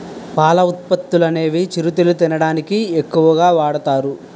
పాల ఉత్పత్తులనేవి చిరుతిళ్లు తినడానికి ఎక్కువ వాడుతారు